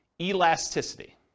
Elasticity